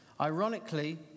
Ironically